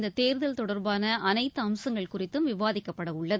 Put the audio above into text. இந்த தேர்தல் தொடர்பான அனைத்து அம்சங்கள் குறித்தும் விவாதிக்கப்படவுள்ளது